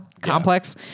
Complex